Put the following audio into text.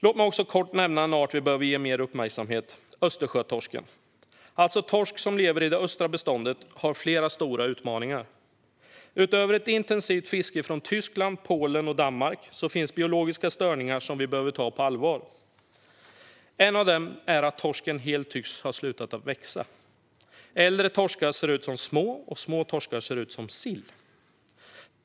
Låt mig också kort nämna en art vi behöver ge mer uppmärksamhet. Östersjötorsken, alltså torsk som lever i det östra beståndet, har flera stora utmaningar. Utöver ett intensivt fiske från Tyskland, Polen och Danmark finns biologiska störningar som vi behöver ta på allvar. En av dem är att torsken helt tycks ha slutat växa. Äldre torskar ser ut som små, och små torskar ser ut som sill.